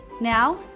Now